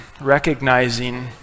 recognizing